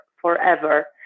forever